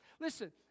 Listen